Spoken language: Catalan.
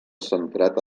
centrat